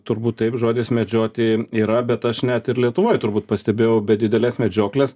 turbūt taip žodis medžioti yra bet aš net ir lietuvoj turbūt pastebėjau be didelės medžioklės